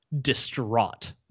distraught